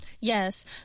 Yes